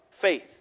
faith